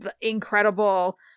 incredible